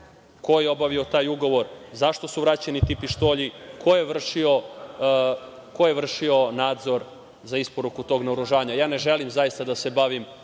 Ko je obavio taj ugovor, zašto su vraćeni ti pištolji i ko je vršio nadzor za isporuku tog naoružanja? Ne želim zaista da se bavim